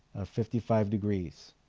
of fifty five degrees